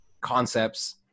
concepts